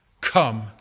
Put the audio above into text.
come